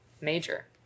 major